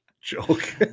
joke